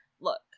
Look